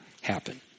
happen